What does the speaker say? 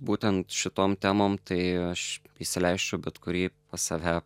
būtent šitom temom tai aš įsileisčiau bet kurį pas save